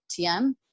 TM